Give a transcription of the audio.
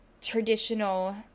traditional